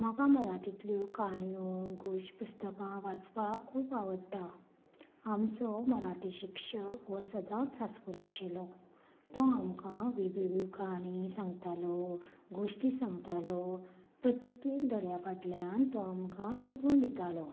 म्हाका मराठींतली काणयो गोश्ट पुस्तकां वाचपाक खूब आवडटा आमचो मराठी शिक्षक हो सदांच हांसकुरो आशिल्लो तो आमकां वेगवेगळ्यो काण्यो सांगतालो गोष्टी सांगतालो प्रत्येक धड्या फाटल्यान तो आमकां शिकवण दितालो